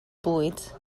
bwyd